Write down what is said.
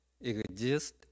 exist